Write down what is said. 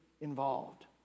involved